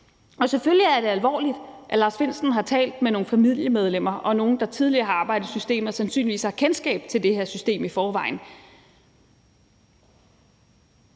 Selvfølgelig er det alvorligt, at Lars Findsen har talt med nogle familiemedlemmer og nogle, der tidligere har arbejdet i systemet og sandsynligvis har kendskab til det her system i forvejen.